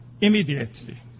immediately